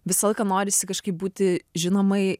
visą laiką norisi kažkaip būti žinomai